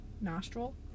nostril